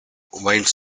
wine